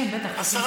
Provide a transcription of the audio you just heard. כן, בטח, בכסף.